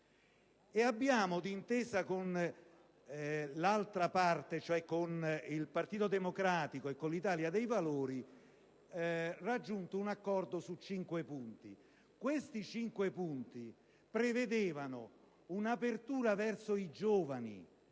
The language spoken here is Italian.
Pertanto, d'intesa con l'altra parte dello schieramento, cioè il Partito Democratico e l'Italia dei Valori, abbiamo raggiunto un accordo su cinque punti. Questi cinque punti prevedevano un'apertura verso i giovani.